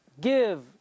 give